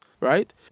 right